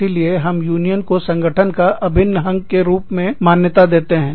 इसीलिए हम यूनियन को संगठन का अभिन्न अंग के रूप में मान्यता देते हैं